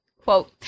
quote